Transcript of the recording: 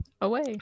Away